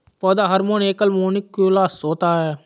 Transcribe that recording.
पौधा हार्मोन एकल मौलिक्यूलस होता है